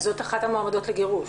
זאת אחת המועמדות לגירוש?